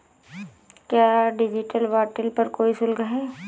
क्या digital wallet पर कोई शुल्क है?